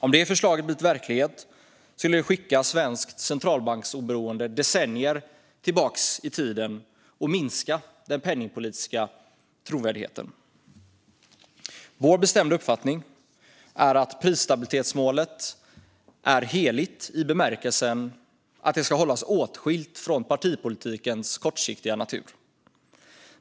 Om det förslaget blev verklighet skulle det skicka svenskt centralbanksoberende decennier tillbaka i tiden och minska den penningpolitiska trovärdigheten. Vår bestämda uppfattning är att prisstabilitetsmålet är heligt i bemärkelsen att det ska hållas åtskilt från partipolitikens kortsiktiga natur.